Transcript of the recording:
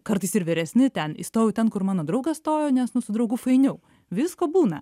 kartais ir vyresni ten įstojau ten kur mano draugas stojo nes nu su draugu fainiau visko būna